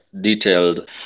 detailed